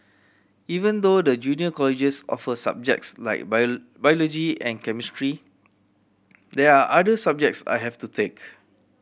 even though the junior colleges offer subjects like biology and chemistry there are other subjects I have to take